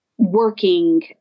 working